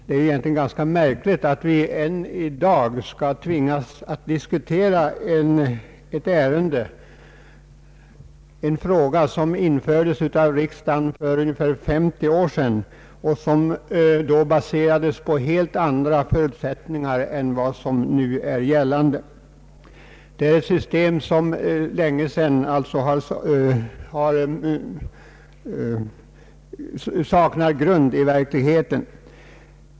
Det är egentligen ganska märkligt att vi än i dag skall tvingas diskutera ett system som infördes för ungefär 50 år sedan och som är baserat på helt andra förutsättningar än vad som nu gäller. Dyrortsgrupperingen saknar sedan länge grund i verkligheten.